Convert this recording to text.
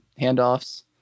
handoffs